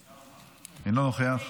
אינו נוכח.